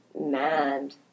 mad